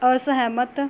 ਅਸਹਿਮਤ